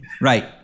Right